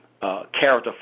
character